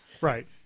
right